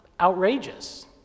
outrageous